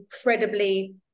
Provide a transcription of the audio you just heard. incredibly